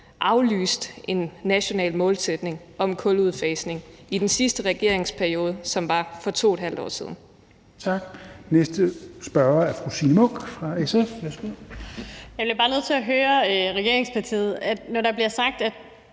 aflyste en national målsætning om kuludfasning i den sidste regeringsperiode, som var for 2½ år siden.